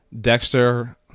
Dexter